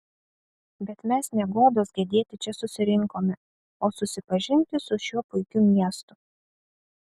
bet mes ne godos gedėti čia susirinkome o susipažinti su šiuo puikiu miestu